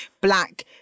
black